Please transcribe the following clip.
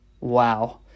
Wow